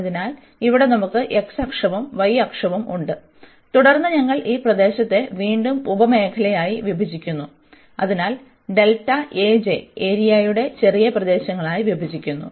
അതിനാൽ ഇവിടെ നമുക്ക് x അക്ഷവും y അക്ഷവും ഉണ്ട് തുടർന്ന് ഞങ്ങൾ ഈ പ്രദേശത്തെ വീണ്ടും ഉപമേഖലകളായി വിഭജിക്കുന്നു അതിനാൽ ഏരിയയുടെ ചെറിയ പ്രദേശങ്ങളായി വിഭജിക്കുന്നു